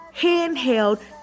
handheld